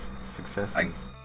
successes